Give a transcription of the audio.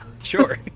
sure